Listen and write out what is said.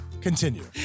continue